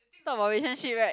talk about relationship right